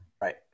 Right